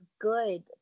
good